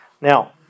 Now